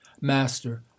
Master